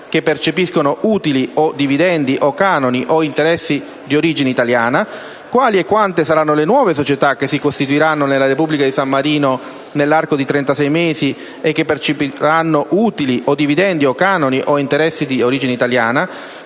che percepiscono utili o dividendi o canoni o interessi di origine italiana; quali e quante saranno le nuove società che si costituiranno nella Repubblica di San Marino nell'arco di 36 mesi e che percepiranno utili o dividendi o canoni o interessi di origine italiana;